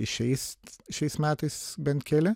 išeis šiais metais bent keli